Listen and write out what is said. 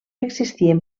existien